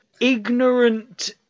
ignorant